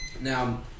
Now